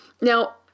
Now